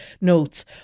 notes